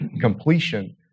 completion